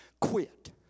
quit